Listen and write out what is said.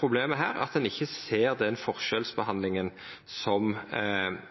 problemet her, at ein ikkje ser den forskjellsbehandlinga. Då er spørsmålet mitt: Kva er det som